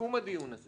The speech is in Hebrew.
בסיכום הדיון הזה